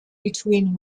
between